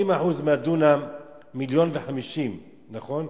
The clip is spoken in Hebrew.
90% מהדונם, מיליון ו-50, נכון?